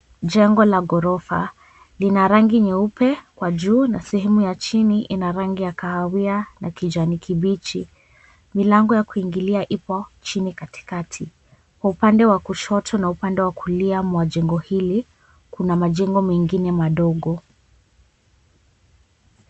Jengo la ghorofa lina rangi nyeupe kwa juu sehemu ya chini ina rangi ya kahawia na kijani kibichi. Milango ya kuingilia ipo chini katikati kwa upande wa kushoto na upande wa kulia mwa jengo hili kuna majengo mengine madogo.